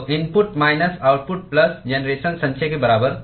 तो input minus output plus generation संचय के बराबर